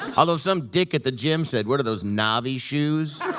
although some dick at the gym said, what are those, nobi shoes?